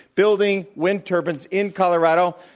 building wind turbines in colorado,